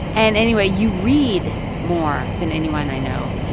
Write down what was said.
and anyway, you read more than anyone i know.